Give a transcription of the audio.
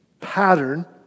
pattern